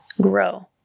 grow